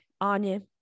Anya